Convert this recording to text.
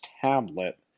tablet